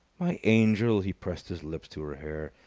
my angel! he pressed his lips to her hair,